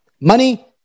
money